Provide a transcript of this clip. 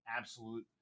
Absolute